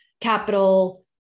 capital